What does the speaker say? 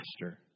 Master